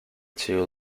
two